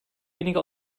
weniger